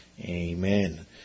Amen